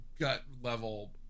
gut-level